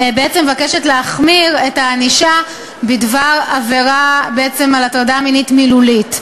בעצם מבקשת להחמיר את הענישה בעבירה של הטרדה מינית מילולית,